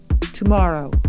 tomorrow